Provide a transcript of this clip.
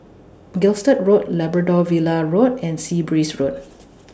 Gilstead Road Labrador Villa Road and Sea Breeze Road